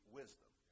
wisdom